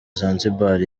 zanzibar